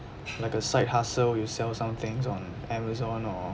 like a side hustle you sell somethings on amazon or